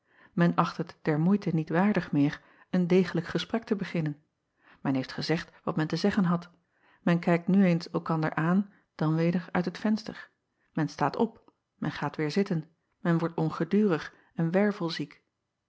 men acht het der moeite niet waardig meer een degelijk gesprek te beginnen men heeft gezegd wat men te zeggen had men kijkt nu eens elkander aan dan weder uit het venster men staat op men gaat weêr zitten men wordt ongedurig en